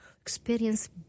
experience